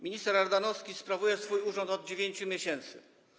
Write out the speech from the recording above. Minister Ardanowski sprawuje swój urząd od 9 miesięcy.